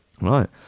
Right